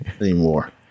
anymore